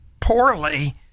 poorly